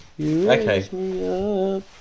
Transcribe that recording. Okay